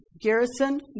Garrison